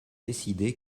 décidé